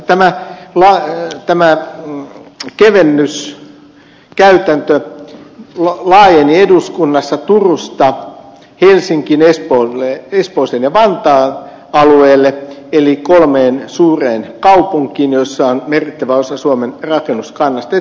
tämä luo tämän mm kevennys käyttäytyy kevennyskäytäntö laajeni eduskunnassa turusta helsinkiin espooseen ja vantaan alueelle eli kolmeen suuren kaupunkiin joissa on merkittävä osa suomen rakennuskannasta